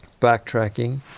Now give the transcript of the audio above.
backtracking